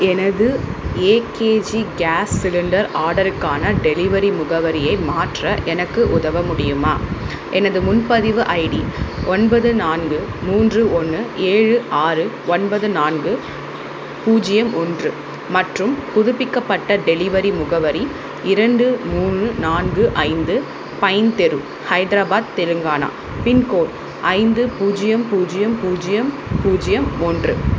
எனது A K G gas cylinder ஆடருக்கான delivery முகவரியை மாற்ற எனக்கு உதவ முடியுமா எனது முன்பதிவு ஐடி ஒன்பது நான்கு மூன்று ஒன்று ஏழு ஆறு ஒன்பது நான்கு பூஜ்ஜியம் ஒன்று மற்றும் புதுப்பிக்கப்பட்ட டெலிவரி முகவரி இரண்டு மூணு நான்கு ஐந்து பைன் தெரு ஹைதராபாத் தெலுங்கானா பின்கோட் ஐந்து பூஜ்ஜியம் பூஜ்ஜியம் பூஜ்ஜியம் பூஜ்ஜியம் ஒன்று